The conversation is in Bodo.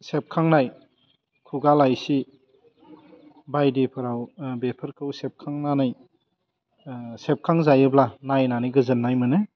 सेबखांनाय खुगा लाइसि बायदिफ्राव बेफोरखौ सेबखांनानै सेबखां जायोब्ला नायनानै गोजोन्नाय मोनो